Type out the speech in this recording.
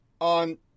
on